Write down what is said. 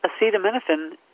acetaminophen